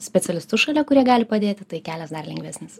specialistus šalia kurie gali padėti tai kelias dar lengvesnis